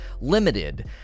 limited